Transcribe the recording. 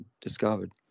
discovered